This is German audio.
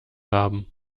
haben